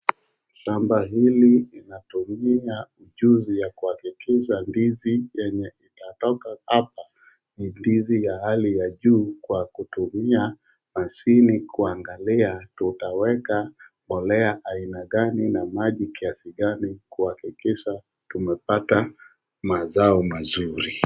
Shamba hili linatumia mchuzi wa kuhakikisha ndizi yenye inatoka hapa ni ndizi ya hali ya juu kwa kutumia mashini kuangalia tutaweka mbolea aina gani na maji kiasi gani kuhakikisha tumepata mazao mazuri.